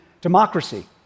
democracy